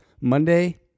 Monday